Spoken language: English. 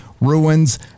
ruins